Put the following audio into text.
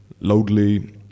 loudly